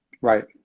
right